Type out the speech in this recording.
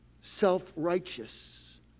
self-righteous